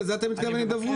לזה אתה מתכוון הידברות?